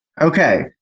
okay